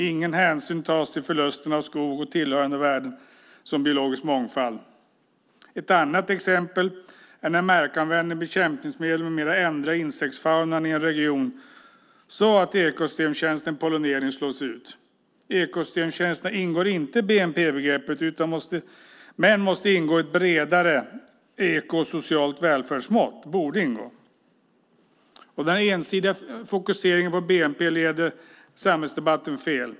Ingen hänsyn tas till förlusten av skog och tillhörande värden, som biologisk mångfald. Ett annat exempel är när markanvändning, bekämpningsmedel med mera ändrar insektsfaunan i en region så att ekosystemtjänsten pollinering slås ut. Ekosystemtjänsterna ingår inte i bnp-begreppet men borde ingå i ett bredare ekosocialt välfärdsmått. Den ensidiga fokuseringen på bnp leder samhällsdebatten fel.